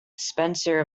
spencer